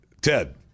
Ted